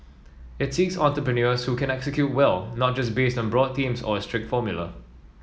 it seeks entrepreneurs who can execute well not just based on broad themes or a strict formula